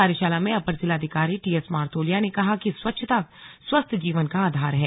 कार्यशाला में अपर जिलाधिकारी टी एस मर्तोलिया ने कहा कि स्वच्छता स्वस्थ जीवन का आधार है